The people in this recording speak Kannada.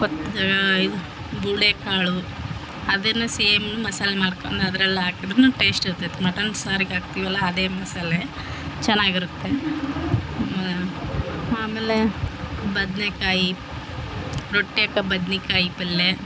ಪತ್ ದಾ ಇದು ಬುಲ್ಡೆ ಕಾಳು ಅದನ್ನೇ ಸೇಮ್ ಮಸಾಲೆ ಮಾಡ್ಕೊಂಡ್ ಅದ್ರಲ್ಲಿ ಹಾಕಿದ್ದರೂನು ಟೇಸ್ಟ್ ಇರ್ತೈತಿ ಮಟನ್ ಸಾರ್ಗೆ ಹಾಕ್ತಿವಲ್ಲ ಅದೇ ಮಸಾಲೆ ಚೆನ್ನಾಗಿರುತ್ತೆ ಆಮೇಲೆ ಬದನೇಕಾಯಿ ರೊಟ್ಟೆಕ ಬದನೇಕಾಯಿ ಪಲ್ಯೆ